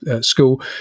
school